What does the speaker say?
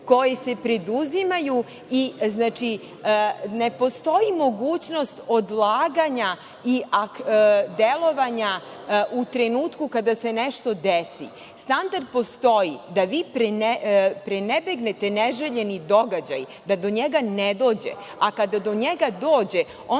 koji se preduzimaju. Ne postoji mogućnost odlaganja i delovanja u trenutku kada se nešto desi. Standard postoji da vi prenebegnete neželjeni događaj, da do njega ne dođe. Kada do njega dođe, onda